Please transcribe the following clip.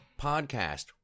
podcast